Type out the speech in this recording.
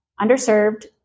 underserved